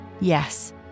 Yes